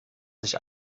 sich